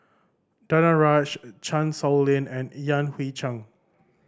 Danaraj Chan Sow Lin and Yan Hui Chang